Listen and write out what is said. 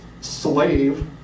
slave